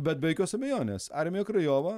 bet be jokios abejonės armija krajova